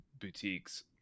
boutiques